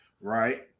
Right